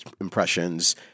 impressions